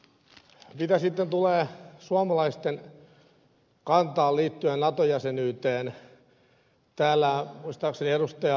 mitä sitten tulee suomalaisten kantaan liittyen nato jäsenyyteen täällä muistaakseni ed